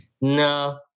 no